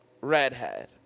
redhead